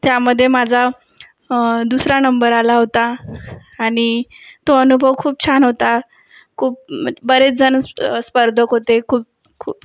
त्यामध्ये माझा दुसरा नंबर आला होता आणि तो अनुभव खूप छान होता खूप बरेच जण स्पर्धक होते खूप